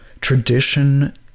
tradition